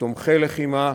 תומכי לחימה.